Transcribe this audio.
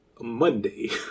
Monday